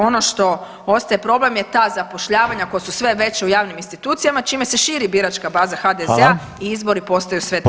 Ono što ostaje problem je ta zapošljavanja koja su sve veća u javnim institucijama čime se šire biračka baza HDZ-a i izbori postaju sve teže…